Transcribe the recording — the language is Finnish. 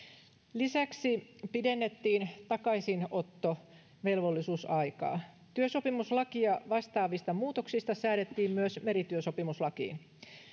lisäksi pidennettiin takaisinottovelvollisuusaikaa työsopimuslakia vastaavista muutoksista säädettiin myös merityösopimuslakiin